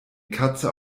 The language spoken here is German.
katze